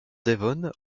devon